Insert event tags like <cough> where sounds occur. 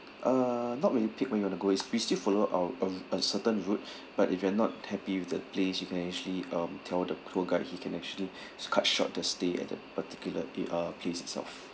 uh not really pick where you want to go you still follow our our a certain route <breath> but if you are not happy with the place you can actually um tell the tour guide he can actually <breath> cut short the stay at the particular a uh place itself